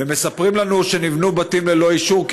מספרים לנו שנבנו בתים ללא אישור,